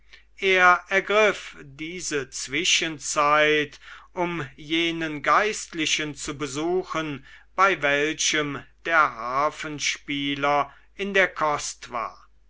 er ergriff diese zwischenzeit um jenen geistlichen zu besuchen bei welchem der harfenspieler in der kost war